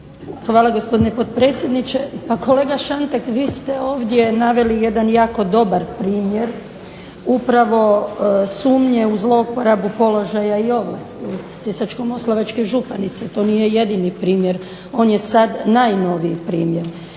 Hvala gospodine potpredsjedniče. Pa kolega Šantek, vi ste ovdje naveli jedan jako dobar primjer upravo sumnje u zlouporabu položaja i ovlasti sisačko-moslavačke županice. To nije jedini primjer. On je sad najnoviji primjer.